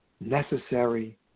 necessary